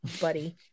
buddy